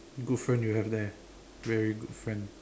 good friend you have there very good friend